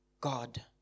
God